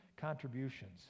contributions